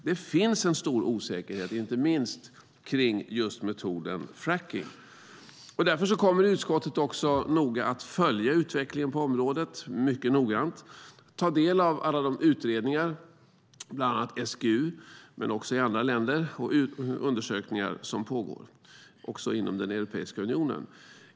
Det finns en stor osäkerhet, inte minst om metoden fracking. Därför kommer utskottet att noga följa utvecklingen på området, ta del av alla de utredningar från bland annat SGU och från andra länder som finns och undersökningar som pågår - också inom Europeiska unionen.